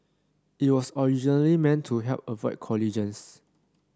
it was originally meant to help avoid collisions